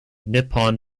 nippon